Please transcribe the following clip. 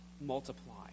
multiply